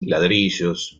ladrillos